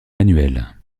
manuel